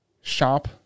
shop